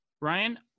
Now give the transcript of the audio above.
Ryan